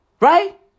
Right